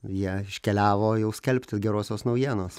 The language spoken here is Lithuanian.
jie iškeliavo jau skelbti gerosios naujienos